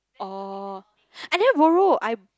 oh I didn't borrow I